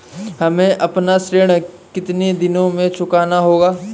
हमें अपना ऋण कितनी दिनों में चुकाना होगा?